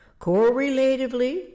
Correlatively